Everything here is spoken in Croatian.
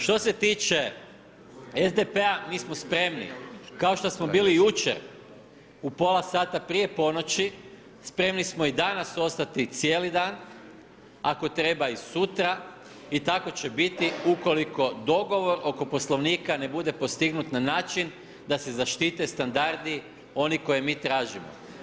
Što se tiče SDP-a mi smo spremni, ako što smo bili jučer u pola sata prije ponoći, spremni smo i danas ostati cijeli dan, ako treba i sutra i tako će biti ukoliko dogovor oko Poslovnika ne bude postignut na način da se zaštite standardi one koje mi tražimo.